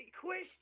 question